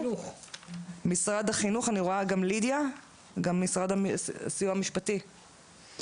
עו"ד לידיה רבינוביץ מהסיוע המשפטי, בבקשה.